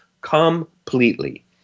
completely